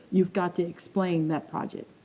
you've got to explain that project,